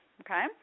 okay